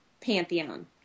pantheon